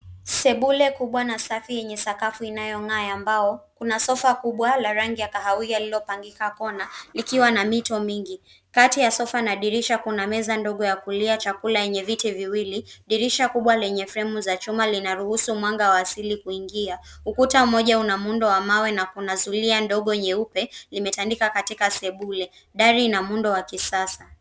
Sebule kubwa na safi yenye sakafu inayong'aa ya mbao. Kuna sofa kubwa la rangi ya kahawia lililopangikwa kona, likiwa na mito mingi, Kati ya sofa na dirisha kuna meza ndogo ya kulia chakula yenye viti viwili. Dirisha kubwa lenye fremu za chuma lina ruhusu mwanga wa asili kuingia. Ukuta mmoja una muundo mawe na kuna zulia ndogo nyeupe, limetandika katika sebule. Dari ina muundo wa kisasa.